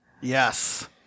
Yes